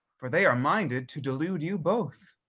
for they are minded to delude you both.